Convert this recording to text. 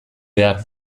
behar